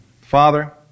Father